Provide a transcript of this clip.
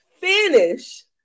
finish